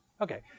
Okay